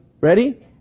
ready